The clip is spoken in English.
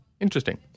Interesting